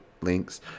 links